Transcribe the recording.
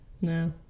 No